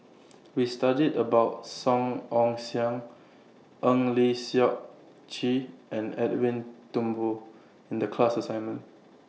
We studied about Song Ong Siang Eng Lee Seok Chee and Edwin Thumboo in The class assignment